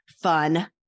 fun